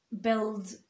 build